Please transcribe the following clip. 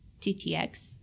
TTX